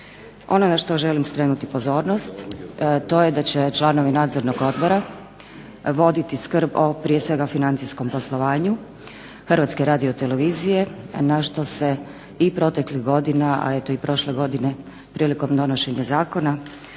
Ono na što želim skrenuti pozornost to je da će članovi nadzornog odbora voditi skrb prije svega o financijskom poslovanju HRT-e na što se i proteklih godina, a eto i prošle godine prilikom donošenja zakona